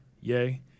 Yay